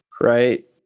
right